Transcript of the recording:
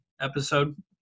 episode